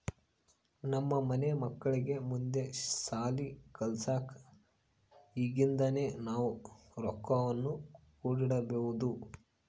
ನಮ್ಮ ಮನೆ ಮಕ್ಕಳಿಗೆ ಮುಂದೆ ಶಾಲಿ ಕಲ್ಸಕ ಈಗಿಂದನೇ ನಾವು ರೊಕ್ವನ್ನು ಕೂಡಿಡಬೋದು